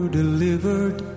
delivered